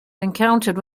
encountered